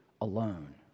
alone